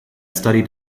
studied